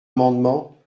amendement